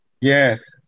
Yes